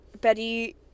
Betty